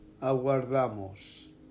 aguardamos